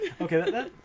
Okay